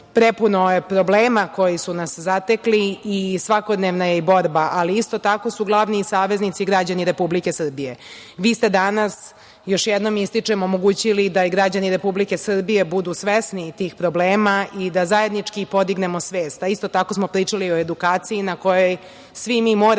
prepuno problema koji su nas zatekli i svakodnevna je i borba, ali isto tako su glavni saveznici građani Republike Srbije. Vi ste danas, još jednom ističem, omogućili da i građani Republike Srbije budu svesni tih problema i da zajednički podignemo svest. Isto tako smo pričali o edukaciji na kojoj svi mi moramo